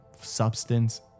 substance